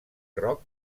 rock